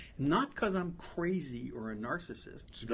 not because i'm crazy or a narcissist,